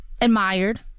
admired